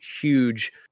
huge